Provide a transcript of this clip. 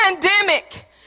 pandemic